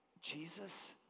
Jesus